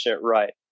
right